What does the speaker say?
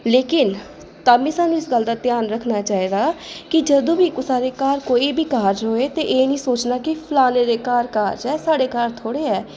लेकिन तां बी स्हान्नूं इस गल्ल दा ध्यान रक्खना चाहिदा कि जदूं बी कुसै दे घर कोई बी कारज होऐ ते एह् निं सोचना की फलानें दे घर कारज ऐ साढ़े घर थोह्ड़े ऐ